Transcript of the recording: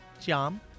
Jam